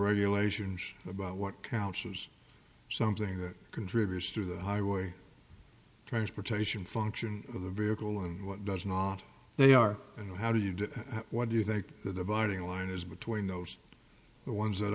regulations about what counts is something that contributes to the highway transportation function of the vehicle and what doesn't all they are and how do you do what do you think the dividing line is between those the ones that